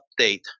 update